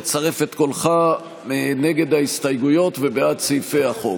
אצרף את קולך נגד ההסתייגויות ובעד סעיפי החוק.